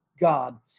God